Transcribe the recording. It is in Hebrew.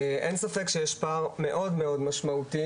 אין ספק שיש פער מאוד מאוד משמעותי.